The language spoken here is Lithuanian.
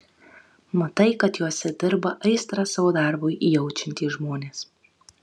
matai kad juose dirba aistrą savo darbui jaučiantys žmonės